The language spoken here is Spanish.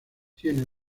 tiene